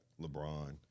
lebron